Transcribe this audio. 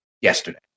yesterday